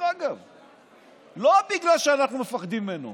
לא בגלל שאנחנו מפחדים ממנו,